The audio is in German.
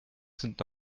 sind